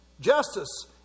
justice